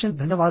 ధన్యవాదాలు